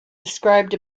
described